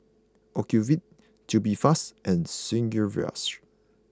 Ocuvite Tubifast and Sigvaris